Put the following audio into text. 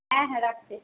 হ্যাঁ হ্যাঁ রাখছি